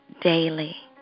daily